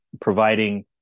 providing